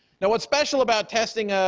now, what's special about testing, ah